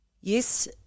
Yes